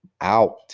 out